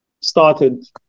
started